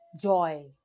joy